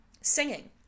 singing